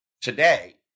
today